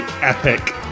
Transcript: epic